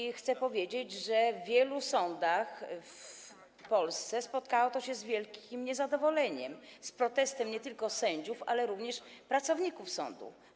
I chcę powiedzieć, że w wielu sądach w Polsce spotkało się to z wielkim niezadowoleniem, z protestem nie tylko sędziów, ale również pracowników sądów.